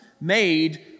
made